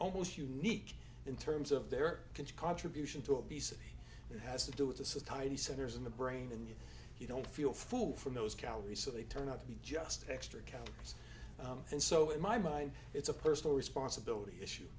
almost unique in terms of their contribution to obesity has to do with the society centers in the brain and you don't feel full from those calories so they turn out to be just extra calories and so in my mind it's a personal responsibility issue